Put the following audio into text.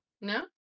No